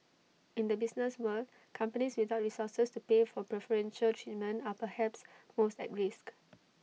in the business world companies without resources to pay for preferential treatment are perhaps most at risk